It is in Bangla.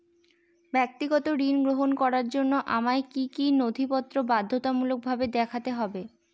ব্যক্তিগত ঋণ গ্রহণ করার জন্য আমায় কি কী নথিপত্র বাধ্যতামূলকভাবে দেখাতে হবে?